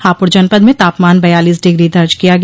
हाप्रड़ जनपद में तापमान बयालीस डिग्री दर्ज किया गया